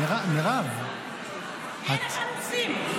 אין לך נושאים.